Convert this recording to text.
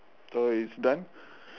so it's done